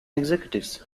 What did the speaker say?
executives